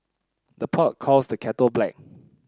the pot calls the kettle black